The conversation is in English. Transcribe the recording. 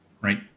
right